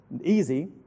easy